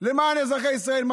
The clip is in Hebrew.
למען אזרחי ישראל.